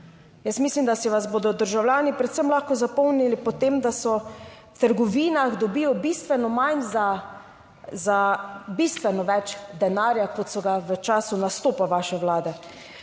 Jaz mislim, da si vas bodo državljani predvsem lahko zapomnili po tem, da so v trgovinah dobijo bistveno manj za bistveno več denarja kot so ga v času nastopa vaše Vlade.